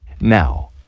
now